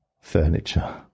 furniture